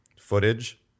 footage